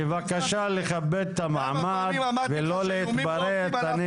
בבקשה לכבד את המעמד ולא להתפרץ.